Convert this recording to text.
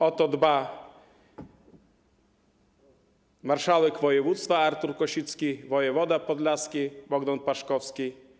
O to dba marszałek województwa Artur Kosicki, wojewoda podlaski Bohdan Paszkowski.